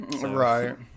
Right